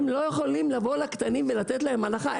הם לא יכולים לבוא לקטנים ולתת להם הנחה.